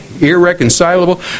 irreconcilable